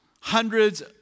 Hundreds